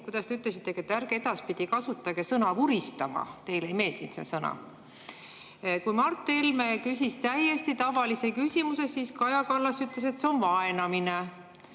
kuidas te ütlesitegi? –, et ärge edaspidi kasutage sõna "vuristama". Teile ei meeldinud see sõna. Kui Mart Helme küsis täiesti tavalise küsimuse, siis Kaja Kallas ütles, et see on vaenamine.